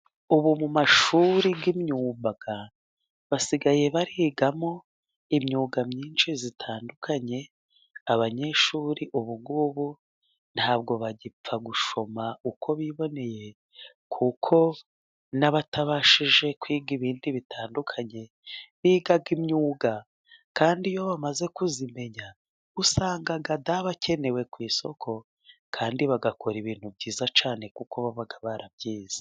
Ubu mu mashuri y'imyuga basigaye barigamo imyuga myinshi itandukanye. Abanyeshuri ubu ngubu ntabwo bagipfa gushoma uko biboneye, kuko n'abatabashije kwiga ibindi bitandukanye biga imyuga, kandi iyo bamaze kuyimenya usanga da bakenewe ku isoko, kandi bagakora ibintu byiza cyane, kuko baba barabyize.